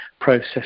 process